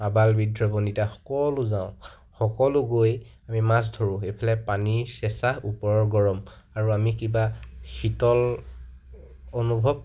আবাল বৃদ্ধ বনিতা সকলো যাওঁ সকলো গৈ আমি মাছ ধৰোঁগৈ এফালে পানীৰ চেঁচা ওপৰৰ গৰম আৰু আমি কিবা শীতল অনুভৱ